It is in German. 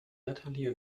natalie